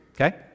Okay